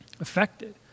affected